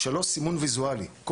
הדבר השלישי הוא סימון ויזואלי.